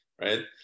right